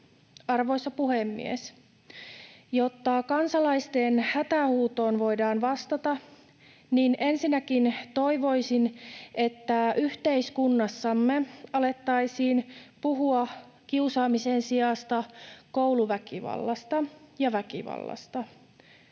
Arvoisa puhemies! Jotta kansalaisten hätähuutoon voidaan vastata, niin ensinnäkin toivoisin, että yhteiskunnassamme alettaisiin puhua kiusaamisen sijasta kouluväkivallasta ja väkivallasta.